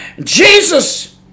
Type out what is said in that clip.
Jesus